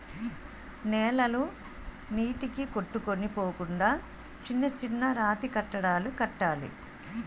నేలలు నీటికి కొట్టుకొని పోకుండా చిన్న చిన్న రాతికట్టడాలు కట్టాలి